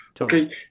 Okay